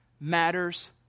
matters